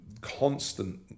constant